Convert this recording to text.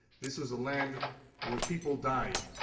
this was a land where people die,